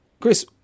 Chris